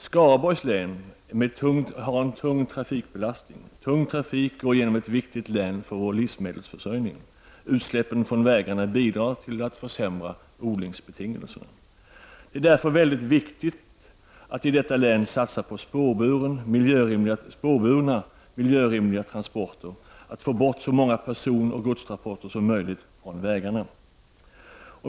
Skaraborgs län har en tung vägtrafikbelastning. Tung trafik går genom ett för vår livsmedelsförsörjning viktigt län. Utsläppen från vägarna bidrar till att försämra odlingsbetingelserna. Det är därför viktigt att i detta län satsa på spårburna, miljörimliga transporter och att få bort så många personoch godstransporter som möjligt från vägarna.